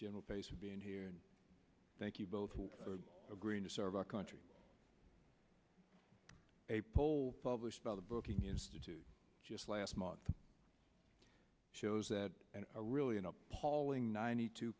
general pace for being here and thank you both agreeing to serve our country a poll published by the booking institute just last month shows that are really an appalling ninety two